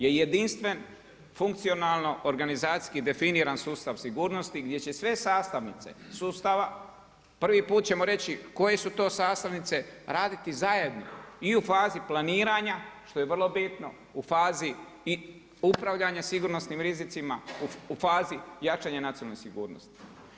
Je jedinstven funkcionalno organizacijski definiran sustav sigurnosti, gdje će sve sastavnice sustava prvi puta ćemo reći koje su to sastavnice, raditi zajedno i u fazi planiranja, što je vrlo bitno, u fazi upravljanja sigurnosnim rizicima, u fazi jačanja nacionalne sigurnosti.